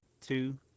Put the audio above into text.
two